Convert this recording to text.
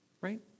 right